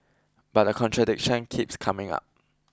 but the contradiction keeps coming up